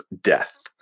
death